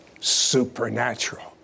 supernatural